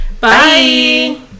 Bye